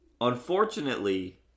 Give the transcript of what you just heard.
Unfortunately